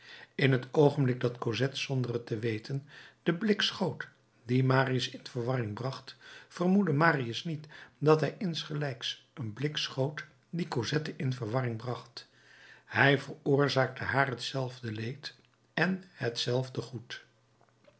in het oogenblik dat cosette zonder het te weten dien blik schoot die marius in verwarring bracht vermoedde marius niet dat hij insgelijks een blik schoot die cosette in verwarring bracht hij veroorzaakte haar hetzelfde leed en hetzelfde goed